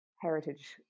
heritage